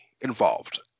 involved